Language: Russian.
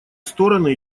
стороны